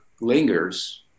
lingers